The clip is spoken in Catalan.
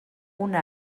una